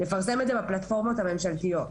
לפרסם את זה בפלטפורמות הממשלתיות.